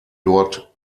dort